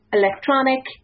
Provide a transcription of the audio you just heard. electronic